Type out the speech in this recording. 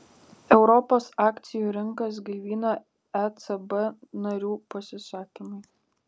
europos akcijų rinkas gaivina ecb narių pasisakymai